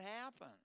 happen